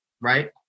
right